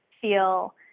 feel